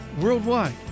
worldwide